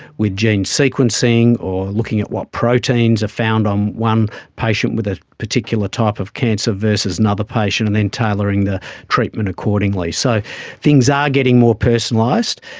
with gene sequencing or looking at what proteins are found on one patient with a particular type of cancer versus another patient and then tailoring the treatment accordingly. so things are getting more personalised.